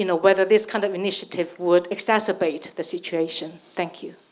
you know whether this kind of initiative would exacerbate the situation? thank you.